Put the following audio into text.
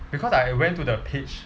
because I went to the page